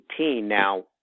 Now